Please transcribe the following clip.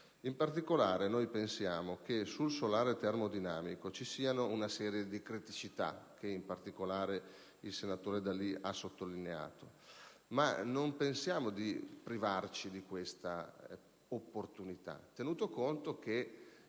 In particolare, riteniamo che per il solare termodinamico ci sia una serie di criticità, che il senatore D'Alì ha sottolineato, ma non pensiamo di privarci di questa opportunità, tenuto conto che